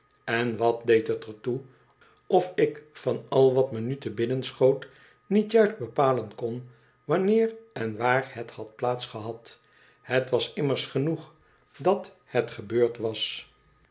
eu wat deed het er toe of ik van al wat me nu te binnen schoot niet juist bepalen kon wanneer en waar het had plaats gehad het was immers genoeg dat het gebeurd en